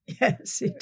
Yes